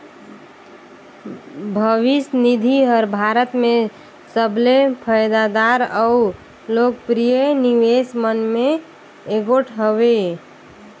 भविस निधि हर भारत में सबले फयदादार अउ लोकप्रिय निवेस मन में एगोट हवें